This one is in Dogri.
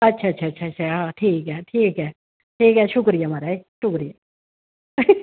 अच्छा अच्छा ठीक ऐ ठीक ऐ शुक्रिया म्हाराज शुक्रिया